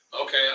Okay